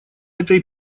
этой